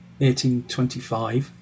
1825